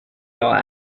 jag